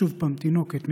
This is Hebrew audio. שוב תינוקת,